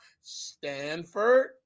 Stanford